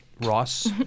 Ross